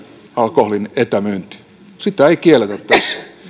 alkoholin etämyyntiä sitä ei kielletä